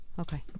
Okay